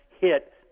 hit